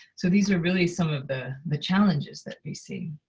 so these are really some of the the challenges that we see.